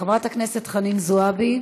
חברת הכנסת חנין זועבי,